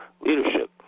leadership